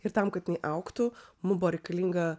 ir tam kad jinai augtų mum buvo reikalinga